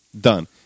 done